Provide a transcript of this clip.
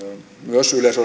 myös